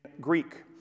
Greek